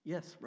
Yes